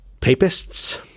papists